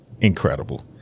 Incredible